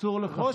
אסור לך,